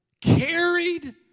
carried